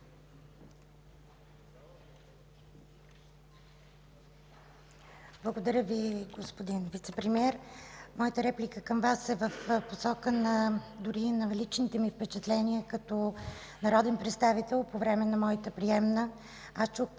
Благодаря, господин Вицепремиер. Моята реплика към Вас е в посока дори на личните ми впечатления. Като народен представител по време на моята приемна